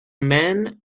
men